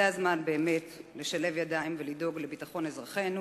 זה הזמן באמת לשלב ידיים ולדאוג לביטחון אזרחינו